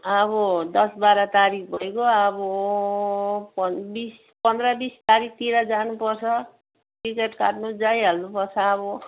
अब दस बाह्र तारिक भइगयो अब पन् बिस पन्ध्र बिस तारिकतिर जानुपर्छ टिकेट काट्नु जाइहाल्नुपर्छ अब